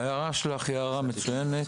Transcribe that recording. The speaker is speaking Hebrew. ההערה שלך היא הערה מצוינת,